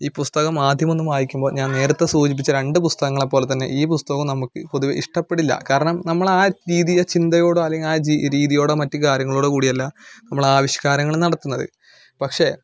ഈ പുസ്തകം ആദ്യമൊന്നും വായിക്കുമ്പോൾ ഞാൻ നേരത്തെ സൂചിപ്പിച്ച രണ്ടു പുസ്തകങ്ങളെപ്പോലെതന്നെ ഈ പുസ്തകവും നമുക്ക് പൊതുവെ ഇഷ്ടപ്പെടില്ല കാരണം നമ്മള് ആ രീതിയിലെ ചിന്തയോടോ അല്ലെങ്കിൽ ആ ജീ രീതിയോടോ മറ്റ് കാര്യങ്ങളോടുകൂടിയല്ല നമ്മളാവിഷ്കാരങ്ങള് നടത്തുന്നത് പക്ഷെ